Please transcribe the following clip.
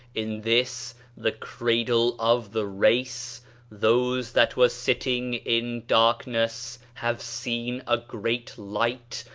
in this the cradle of the race those that were sitting in darkness have seen a great light,